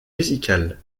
musical